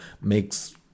makes